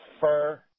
fur